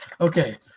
Okay